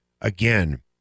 Again